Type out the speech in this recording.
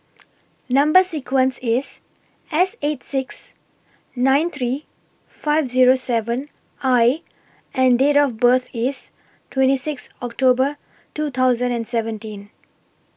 Number sequence IS S eight six nine three five Zero seven I and Date of birth IS twenty six October two thousand and seventeen